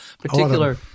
particular